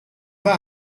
pas